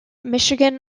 michigan